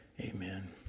Amen